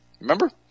Remember